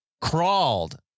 crawled